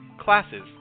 classes